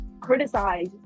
criticize